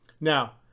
Now